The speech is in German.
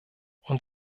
und